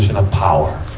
of power